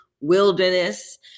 wilderness